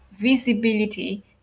visibility